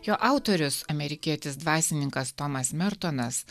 jo autorius amerikietis dvasininkas tomas mertonas